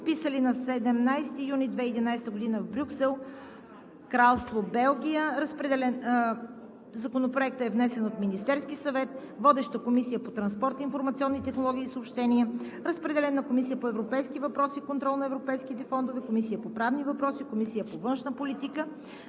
подписани на 17 юни 2011 г. в Брюксел, Кралство Белгия. Законопроектът е внесен от Министерския съвет. Водеща е Комисията по транспорт, информационни технологии и съобщения. Разпределен е и на Комисията по европейските въпроси и контрол на европейските фондове, Комисията по правни въпроси и Комисията по външна политика.